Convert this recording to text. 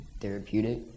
therapeutic